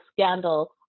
scandal